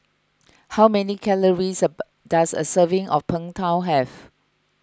how many calories does a serving of Png Tao have